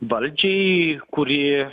valdžiai kuri